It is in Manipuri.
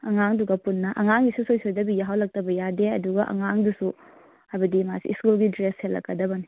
ꯑꯉꯥꯡꯗꯨꯒ ꯄꯨꯟꯅ ꯑꯉꯥꯡꯗꯤ ꯁꯨꯡꯁꯣꯏ ꯁꯣꯏꯗꯕꯤ ꯌꯥꯎꯍꯜꯂꯛꯇꯕ ꯌꯥꯗꯦ ꯑꯗꯨꯒ ꯑꯉꯥꯡꯗꯨꯁꯨ ꯍꯥꯏꯕꯗꯤ ꯃꯥꯁꯤ ꯏꯁꯀꯨꯜꯒꯤ ꯗ꯭ꯔꯦꯁ ꯁꯦꯠꯂꯛꯀꯗꯕꯅꯤ